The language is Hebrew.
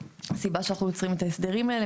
הסיבה שאנחנו יוצרים את ההסדרים האלה,